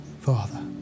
Father